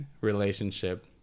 relationship